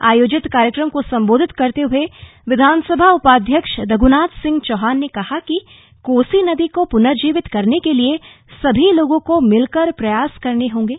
आयोजित कार्यक्रम को संबोधित करते हुए विधानसभा उपाध्यक्ष रघनाथ सिंह चौहान ने कहा कि कोसी नदी को पूनर्जीवित करने के लिए सभी लोगों को मिलकर प्रयास करने होंगे